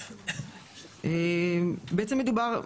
בעצם מדובר,